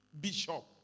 bishop